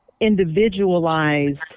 individualized